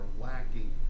lacking